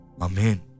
Amen